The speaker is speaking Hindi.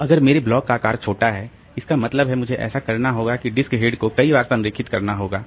तो अगर मेरे ब्लॉक का आकार छोटा है इसका मतलब है मुझे ऐसा करना होगा कि डिस्क हेड को कई बार संरेखित करना होगा